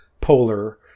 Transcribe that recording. polar